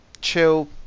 chill